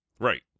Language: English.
Right